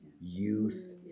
youth